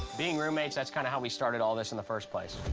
being roommates, that's kinda how we started all this in the first place.